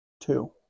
Two